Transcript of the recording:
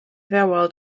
farewell